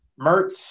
Mertz